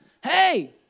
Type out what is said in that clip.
Hey